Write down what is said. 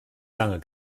lange